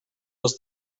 was